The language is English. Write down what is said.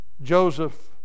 Joseph